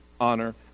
honor